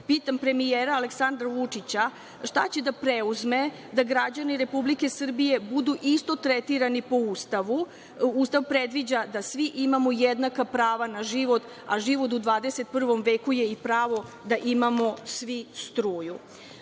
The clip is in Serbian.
Pitam premijera Aleksandra Vučića šta će da preduzme da građani Republike Srbije isto budu tretirani po Ustavu. Ustav predviđa da svi imamo jednaka prava na život, a život u 21. veku je i pravo da imamo svi struju. Drugo